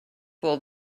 will